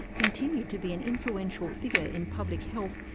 continued to be an influential figure in public health,